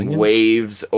waves